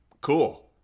Cool